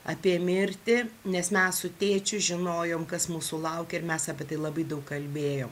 apie mirtį nes mes su tėčiu žinojom kas mūsų laukia ir mes apie tai labai daug kalbėjom